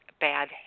Bad